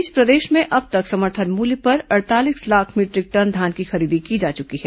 इस बीच प्रदेश में अब तक समर्थन मूल्य पर अड़तालीस लाख मीटरिक टन धान की खरीदी की जा चुकी है